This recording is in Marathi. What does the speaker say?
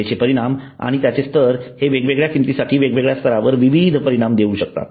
सेवेचे परिणाम आणि त्यांचे स्तर हे वेगवेगळ्या किंमतींसाठी वेगवेगळ्या स्तरावर विविध सेवा परिणाम देऊ शकतात